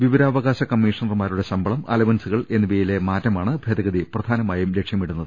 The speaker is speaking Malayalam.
വിവരാവ കാശ കമ്മീഷണർമാരുടെ ശമ്പളം അലവൻസുകൾ എന്നിവയിലെ മാറ്റമാണ് ഭേദഗതി പ്രധാനമായും ലക്ഷ്യമിടുന്നത്